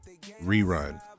Rerun